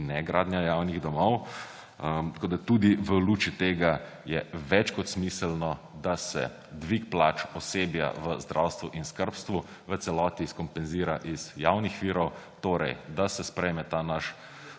ne gradnja javnih domov. Tudi v luči tega je več kot smiselno, da se dvig plač osebja v zdravstvu in skrbstvu v celoti skompenzira iz javnih virov, torej da se sprejme ta naš